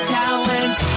talent